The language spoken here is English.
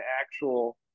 actual